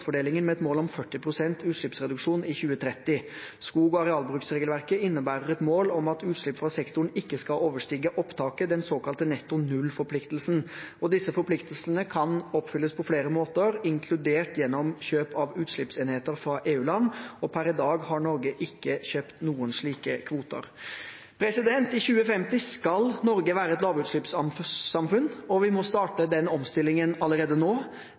med et mål om 40 pst. utslippsreduksjon i 2030. Skog- og arealbruksregelverket innebærer et mål om at utslipp fra sektoren ikke skal overstige opptaket, den såkalte netto null-forpliktelsen. Disse forpliktelsene kan oppfylles på flere måter, inkludert gjennom kjøp av utslippsenheter fra EU-land, og per i dag har Norge ikke kjøpt noen slike kvoter. I 2050 skal Norge være et lavutslippssamfunn, og vi må starte den omstillingen allerede nå.